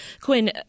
Quinn